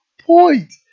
point